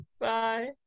Bye